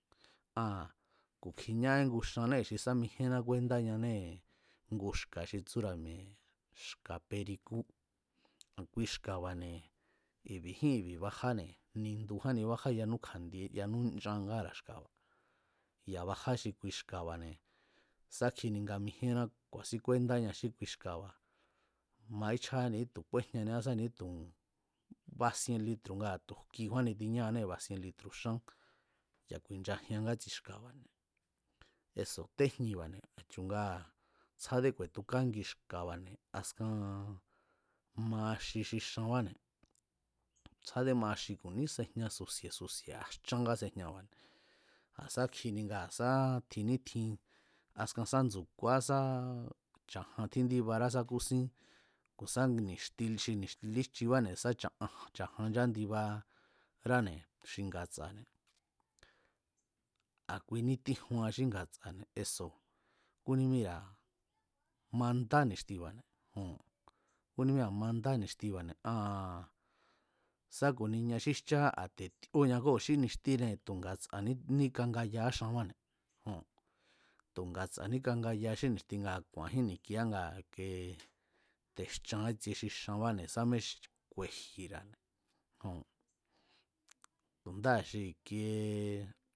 Aa̱n ku̱ kjiña ingu xanée̱ xi sá mijíéná kúéndáñanée̱ ngu xka̱ xi tsúra̱ mi̱e̱ xka̱ perikú a̱ kui xka̱ba̱ne̱ i̱bi̱jín i̱bi̱ bajáne̱, nindujánni bajá yanú kja̱ndie yanú nchan ngára̱ xka̱ba̱ ya̱ bajá xi kui xka̱ba̱ne̱ sá kjini nga nijíená ku̱a̱sín kúándáña xí kui xka̱ba̱, maíchjáñá ni̱ítu̱ kúéjñaniá sá ni̱ítu̱ basien litru̱ ngaa̱ tu̱ jkikjúánni tiñáanée̱ tu̱ basien litru̱ xán ya̱ ku̱i̱nchajian ngátsi xka̱ba̱ne̱ eso̱ téjnibáne̱ a̱chu̱ ngaa̱ tsjádé ku̱e̱tukángi xka̱ba̱ne̱ askan maaxi xi xanbáne̱ tsjádé maaxi ku̱ ní sejña su̱si̱e̱ su̱si̱e̱ a̱ jchan kásejñaba̱ne̱ a̱ sa kjini ngaa̱ sá tjin nítjin askan sá ndsu̱kuaá sá cha̱jan tjíndíbará sá kúsín ku̱ sá ni̱xti líjch, xi ni̱xti líjchibáne̱ sá cha̱jan cha̱jan kándibaráne̱ xi nga̱tsa̱ne̱ a̱ kui nítíjua xí nga̱tsa̱ne̱ eso̱ kúnímíra̱ mandá ni̱xtiba̱ne̱ joo̱n mandá ni̱xtiba̱ne̱ aa̱n sá ku̱ni ña xí jcháá a̱ te̱ tíóña kíóo̱, xi ni̱xtine̱ tu̱ nga̱tsa̱ní níkangayaá xanbáne̱ jon tu̱ nga̱tsa̱ níkangayaa xí ni̱xti ngaa̱ ku̱a̱njín ni̱kiá ngaa̱ i̱kee te̱ jchan ítsie xi xanbáne̱ sámé ku̱e̱ji̱ra̱ne̱ joo̱n ndáa̱ xi i̱kie